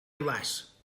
las